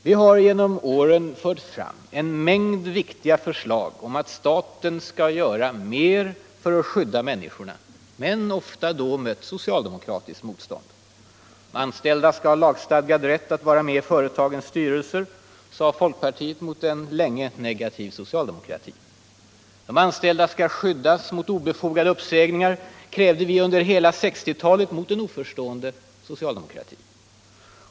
Vi har genom åren fört fram en mängd viktiga förslag om att staten skall gör mer för att skydda de enskilda människorna men då ofta mött socialdemokratiskt motstånd. De anställda skall ha lagstadgad rätt att vara med i företagens styrelser, hävdade folkpartiet mot en länge negativ socialdemokrati. De anställda skall skyddas mot obefogade uppsägningar, krävde vi under hela 1960 talet gentemot en oförstående socialdemokrati.